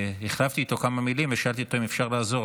החלפתי איתו כמה מילים ושאלתי אותו אם אפשר לעזור,